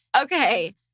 Okay